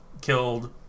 killed